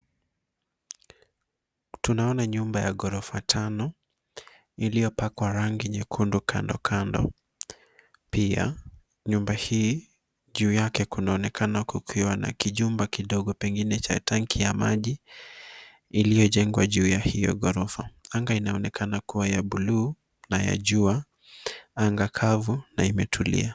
Tunaona nyumba ya ghorofa tano iliyopakwa rangi nyekundu kando kando. Pia nyumba hii, juu yake kunaonekana kukiwa na kijumba kidogo pengine cha tangi ya maji iliyojengwa juu ya hiyo ghorofa. Anga inaonekana kuwa ya buluu na ya jua, anga kavu na imetulia.